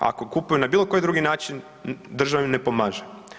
Ako kupuju na bilo koji drugi način država im ne pomaže.